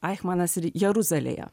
aichmanas ir jeruzalėje